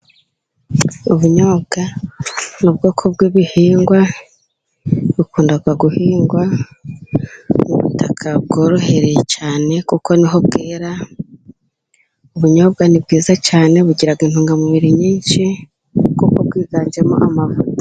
Ubunyobwa ni ubwoko bw'ibihingwa ,bukunda guhingwa mu butaka bworohereye cyane kuko ni ho bwera. Ubunyobwa ni bwiza cyane bugira intungamubiri nyinshi kuko bwiganjemo amavuta.